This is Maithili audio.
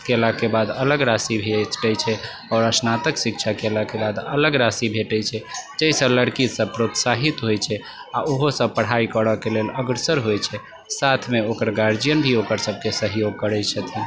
केलाके बाद अलग राशि भेटै छै आओर स्नातक शिक्षा केलाके बाद अलग राशि भेटै छै जाहिसँ लड़की सब प्रोत्साहित होइ छै आओर ओहोसब पढाइ करऽके लेल अग्रसर होइ छै साथमे ओकर गार्जियन भी ओकर सबके सहयोग करै छथिन